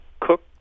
Cook